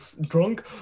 drunk